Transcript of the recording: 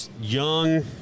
Young